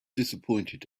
disappointed